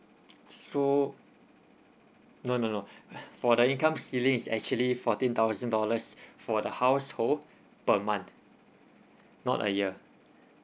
so no no no for the income ceiling is actually fourteen thousand dollars for the household per month not a year